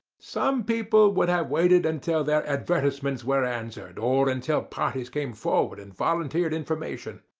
some people would have waited until their advertisements were answered, or until parties came forward and volunteered information.